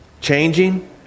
changing